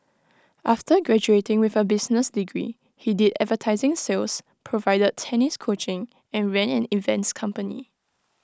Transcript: after graduating with A business degree he did advertising sales provided tennis coaching and ran an events company